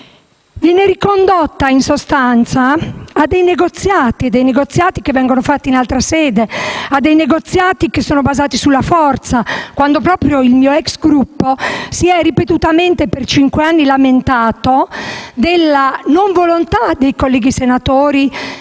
Viene ricondotta in sostanza a negoziati che vengono fatti in altra sede, a negoziati basati sulla forza, quando proprio il mio ex Gruppo si è ripetutamente, per cinque anni, lamentato della non volontà dei colleghi senatori